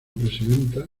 presidenta